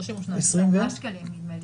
24 שקלים, נדמה לי.